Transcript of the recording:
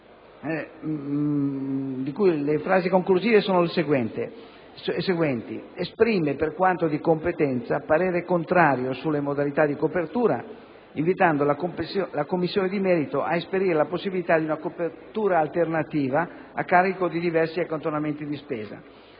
cui frasi conclusive sono le seguenti: «esprime, per quanto di competenza, parere contrario sulle modalità di copertura, invitando la Commissione di merito a esperire la possibilità di una copertura alternativa a carico di diversi accantonamenti di spesa».